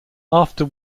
after